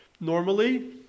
Normally